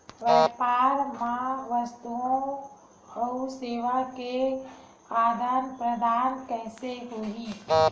व्यापार मा वस्तुओ अउ सेवा के आदान प्रदान कइसे होही?